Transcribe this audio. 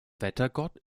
wettergott